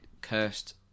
cursed